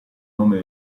nome